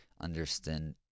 understand